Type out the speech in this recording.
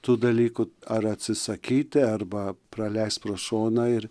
tų dalykų ar atsisakyti arba praleist pro šoną ir